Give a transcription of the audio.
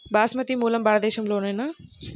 బాస్మతి మూలం భారతదేశంలోనా?